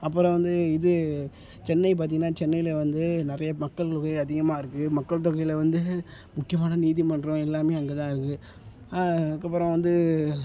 அப்புறம் வந்து இது சென்னை பார்த்திங்கன்னா சென்னையில் வந்து நிறைய மக்கள்தொகை அதிகமாக இருக்குது மக்கள்தொகையில் வந்து முக்கியமான நீதிமன்றம் எல்லாமே அங்கே தான் இருக்குது அதுக்கப்புறம் வந்து